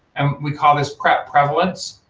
and we call this prep prevalence,